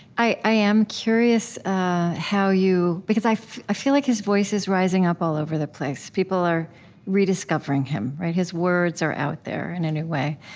i i am curious how you because i i feel like his voice is rising up all over the place. people are rediscovering him. his words are out there in a new way.